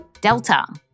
Delta